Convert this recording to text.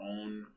own